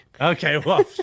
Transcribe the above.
Okay